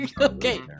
Okay